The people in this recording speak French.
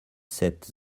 sept